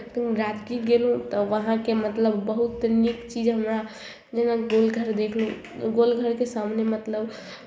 तऽ राजगीर गेलहुँ तऽ वहाँके मतलब बहुत नीक चीज हमरा जेना गोलघर देखलहुँ गोलघरके सामने मतलब